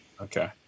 Okay